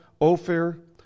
Ophir